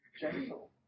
Gentle